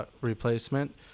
replacement